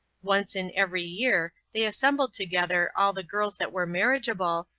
once in every year they assembled together all the girls that were marriageable,